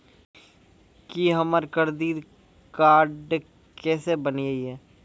की हमर credit card केसे बनिये?